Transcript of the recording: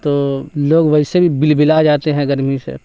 تو لوگ ویسے بھی بلبلا جاتے ہیں گرمی سے